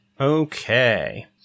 Okay